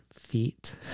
feet